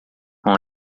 com